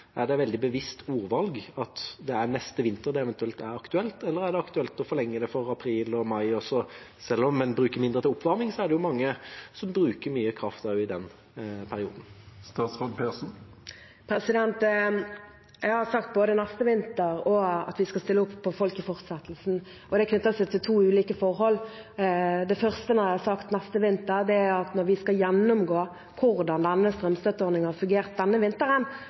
det eventuelt er aktuelt, eller er det aktuelt å forlenge det for april og mai også? Selv om en bruker mindre til oppvarming, er det jo mange som bruker mye kraft også i den perioden. Jeg har sagt både «neste vinter» og at vi skal stille opp for folk i fortsettelsen, og det knytter seg til to ulike forhold. Det første er: Når jeg har sagt «neste vinter», går det på at når vi skal gjennomgå hvordan denne strømstøtteordningen har fungert denne vinteren